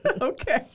Okay